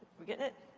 we getting it?